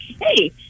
hey